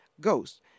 ghosts